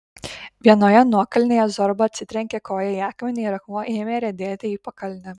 vienoje nuokalnėje zorba atsitrenkė koja į akmenį ir akmuo ėmė riedėti į pakalnę